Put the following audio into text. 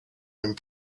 and